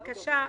בבקשה,